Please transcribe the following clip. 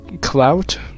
Clout